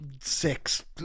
six